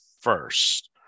first